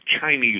Chinese